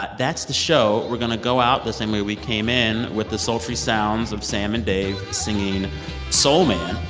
but that's the show. we're going to go out the same way we came in, with the sultry sounds of sam and dave singing soul man.